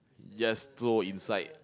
just throw inside